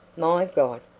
my god,